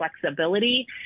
flexibility